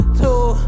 two